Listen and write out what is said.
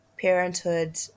parenthood